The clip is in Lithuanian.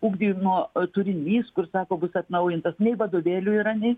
ugdymo turinys kur sako bus atnaujintas nei vadovėlių yra nei